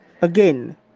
again